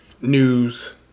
news